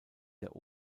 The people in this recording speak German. der